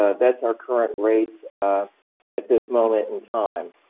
ah that is our current rate at this moment in time.